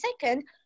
second